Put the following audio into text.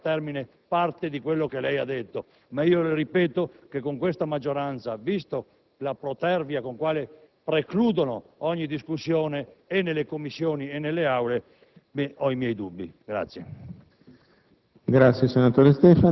di riuscire a portare a termine parte di quanto ha detto, ma le ripeto che con questa maggioranza, vista la protervia con la quale si preclude ogni discussione nelle Commissioni e nelle Aule, ho i miei dubbi che